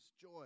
joy